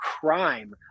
crime